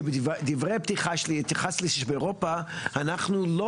כי בדבריי הפתיחה שלי התייחסתי לזה שבאירופה אנחנו לא